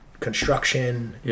Construction